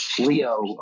Leo